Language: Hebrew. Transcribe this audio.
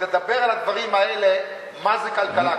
תדבר על הדברים האלה, מה זה כלכלה.